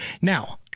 Now